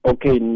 Okay